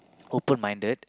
open minded